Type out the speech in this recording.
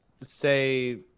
say